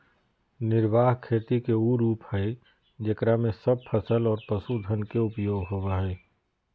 निर्वाह खेती के उ रूप हइ जेकरा में सब फसल और पशुधन के उपयोग होबा हइ